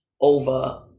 over